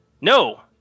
No